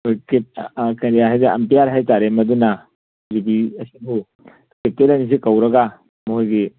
ꯀꯔꯤ ꯍꯥꯏꯇꯥꯔꯦ ꯑꯝꯄꯤꯌꯥꯔ ꯍꯥꯏꯇꯔꯦ ꯃꯗꯨꯅ ꯌꯨꯕꯤ ꯑꯁꯤꯕꯨ ꯀꯦꯞꯇꯦꯟ ꯑꯅꯤꯁꯦ ꯀꯧꯔꯒ ꯃꯈꯣꯏꯒꯤ